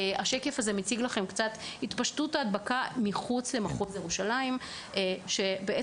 השקף המוצג מראה את התפשטות ההדבקה מחוץ למחוז ירושלים כשבעצם